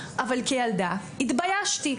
אבל כילדה התביישתי,